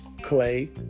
Clay